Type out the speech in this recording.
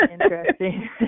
interesting